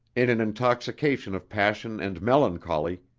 in an intoxication of passion and melancholy,